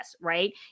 right